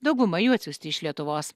dauguma jų atsiųsti iš lietuvos